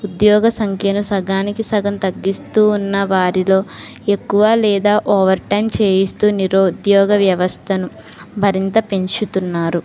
ఉద్యోగ సంఖ్యల సగానికి సగం తగ్గిస్తూ ఉన్న వారిలో ఎక్కువ లేదా ఓవర్ టైమ్ చేయిస్తూ నిరుద్యోగ వ్యవస్థను మరింత పెంచుతున్నారు